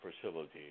facilities